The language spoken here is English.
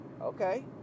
okay